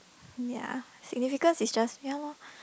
ya significance is just ya loh